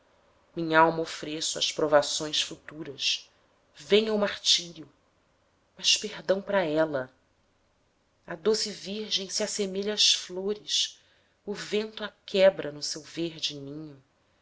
duras minhalma ofreço às provações futuras venha o martírio mas perdão pra ela a doce virgem se assemelha às flores o vento a quebra no seu verde ninho